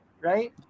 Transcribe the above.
right